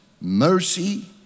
mercy